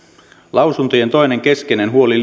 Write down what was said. lausuntojen toinen keskeinen huoli